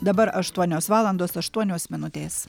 dabar aštuonios valandos aštuonios minutės